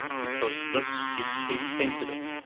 because this is case-sensitive.